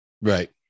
Right